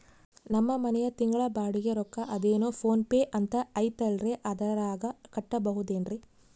ನಮ್ಮ ಮನೆಯ ತಿಂಗಳ ಬಾಡಿಗೆ ರೊಕ್ಕ ಅದೇನೋ ಪೋನ್ ಪೇ ಅಂತಾ ಐತಲ್ರೇ ಅದರಾಗ ಕಟ್ಟಬಹುದೇನ್ರಿ?